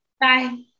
Bye